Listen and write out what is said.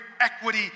equity